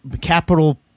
capital